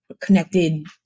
connected